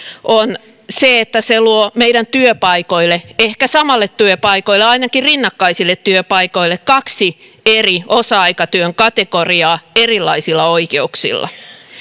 on se että se luo meidän työpaikoille ehkä samoille työpaikoille ainakin rinnakkaisille työpaikoille kaksi eri osa aikatyön kategoriaa erilaisilla oikeuksilla